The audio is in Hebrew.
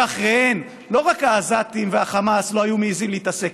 שאחריהן לא רק העזתים והחמאס לא היו מעיזים להתעסק